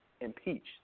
impeached